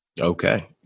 Okay